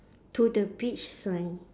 to the beach sign